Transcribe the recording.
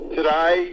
Today